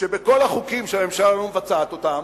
שבכל החוקים שהממשלה לא מבצעת אותם